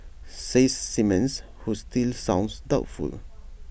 says Simmons who still sounds doubtful